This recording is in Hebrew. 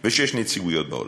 166 נציגויות בעולם.